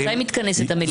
מתי מתכנסת המליאה?